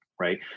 right